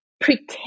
pretend